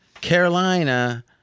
Carolina